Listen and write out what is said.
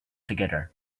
together